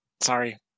sorry